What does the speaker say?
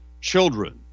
children